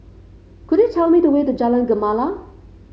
could you tell me the way to Jalan Gemala